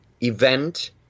event